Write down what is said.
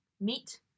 meet